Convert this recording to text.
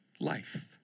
life